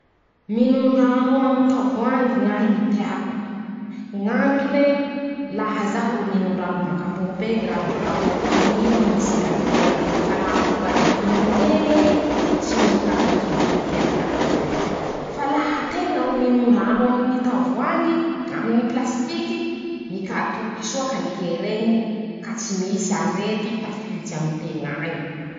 Minon-drano aminy tavoangy ñ'ahy ñy teako. ñ'antone: -Laha zaho ro minon-drano bak'ampôpy eñy io misy kalikera ka laha tonga de inomin-teñ'ey. tsy mikatoky ñy kalikera añatiny ao. fa laha teña ro minon-drano aminy ñy tavoangy aminy ñy pilasitiky. mikatoky soa kaliker'eñy ka tsy misy arety tafilitsy amin-teña añy.